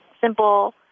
simple